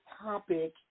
topic